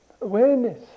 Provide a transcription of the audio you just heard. awareness